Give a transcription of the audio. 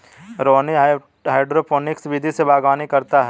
Rohan hydroponics विधि से बागवानी करता है